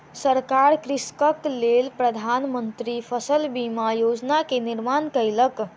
सरकार कृषकक लेल प्रधान मंत्री फसल बीमा योजना के निर्माण कयलक